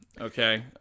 okay